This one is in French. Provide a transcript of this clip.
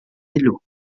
hello